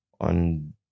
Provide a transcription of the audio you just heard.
on